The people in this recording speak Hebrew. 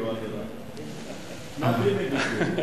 שני ה"ביבים" הגיעו.